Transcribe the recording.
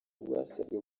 rwasabwe